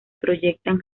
proyectan